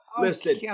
Listen